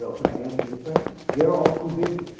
so can i answer your question? they're all too busy.